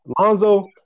Lonzo